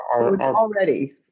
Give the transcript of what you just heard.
already